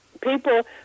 people